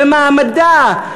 במעמדה.